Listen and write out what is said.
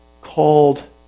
called